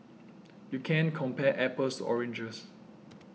you can't compare apples oranges